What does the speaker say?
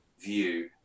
view